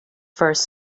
first